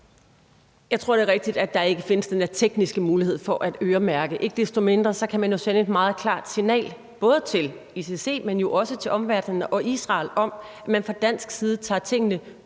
Jeg tror, det er rigtigt, at der ikke findes den der tekniske mulighed for at øremærke. Ikke desto mindre kan man jo sende et meget klart signal, både til ICC, men jo også til omverdenen og Israel, om, at man fra dansk side tager tingene